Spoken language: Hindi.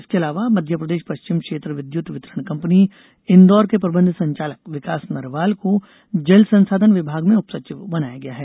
इसके अलावा मध्यप्रदेश पश्चिम क्षेत्र विद्यत वितरण कंपनी इंदौर के प्रबंध संचालक विकास नरवाल को जल संसाधन विभाग में उप सचिव बनाया गया है